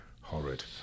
horrid